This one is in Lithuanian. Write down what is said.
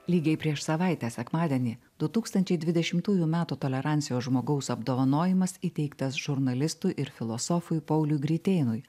lygiai prieš savaitę sekmadienį du tūkstančiai dvidešimtųjų metų tolerancijos žmogaus apdovanojimas įteiktas žurnalistui ir filosofui pauliui gritėnui